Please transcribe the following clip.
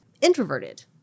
introverted